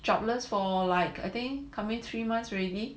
jobless for like I think coming three months already